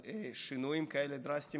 לשינויים כאלה דרסטיים, שיפגעו בכולנו,